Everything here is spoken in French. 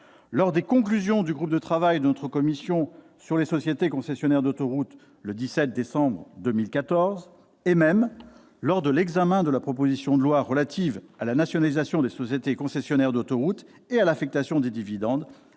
lors des conclusions du groupe de travail de notre commission sur les sociétés concessionnaires d'autoroutes le 17 décembre 2014, et même lors de l'examen de la proposition de loi relative à la nationalisation des sociétés concessionnaires d'autoroutes et à l'affectation des dividendes